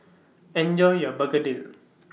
Enjoy your Begedil